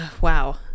wow